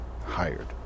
hired